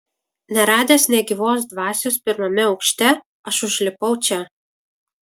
neradęs nė gyvos dvasios pirmame aukšte aš užlipau čia